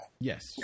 Yes